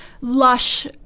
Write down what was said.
lush